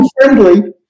friendly